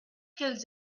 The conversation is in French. qu’elles